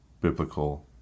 biblical